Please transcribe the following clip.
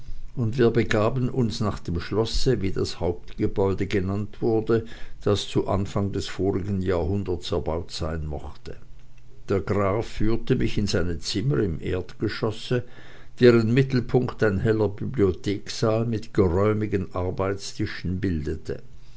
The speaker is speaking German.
und wir begaben uns nach dem schlosse wie das hauptgebäude genannt wurde das zu anfang des vorigen jahrhunderts erbaut sein mochte der graf führte mich in seine zimmer im erdgeschosse deren mittelpunkt ein heller bibliotheksaal mit geräumigen arbeitstischen bildete